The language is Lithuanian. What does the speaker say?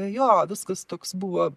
jo viskas toks buvo